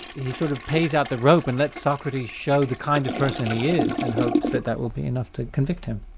he sort of pays out the rope and lets socrates show the kind of person he is, and hopes that that will be enough to convict him.